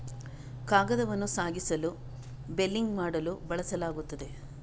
ಕಾಗದವನ್ನು ಸಾಗಿಸಲು ಬೇಲಿಂಗ್ ಮಾಡಲು ಬಳಸಲಾಗುತ್ತದೆ